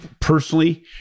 personally